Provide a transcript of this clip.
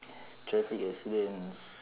traffic accidents